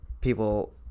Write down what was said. people